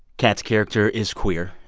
kat's character is queer,